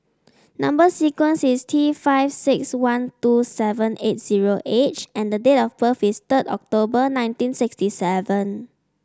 number sequence is T five six one two seven eight zero H and date of birth is third October nineteen sixty seven